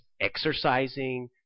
exercising